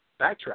backtrack